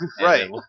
Right